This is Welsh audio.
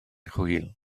chwil